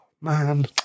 man